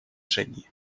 шаги